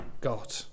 God